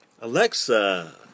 Alexa